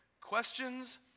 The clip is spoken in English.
Questions